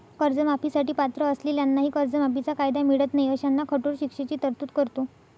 कर्जमाफी साठी पात्र असलेल्यांनाही कर्जमाफीचा कायदा मिळत नाही अशांना कठोर शिक्षेची तरतूद करतो